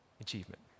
achievement